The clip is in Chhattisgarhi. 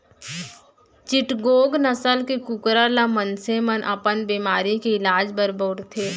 चिटगोंग नसल के कुकरा ल मनसे मन अपन बेमारी के इलाज बर बउरथे